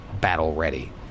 battle-ready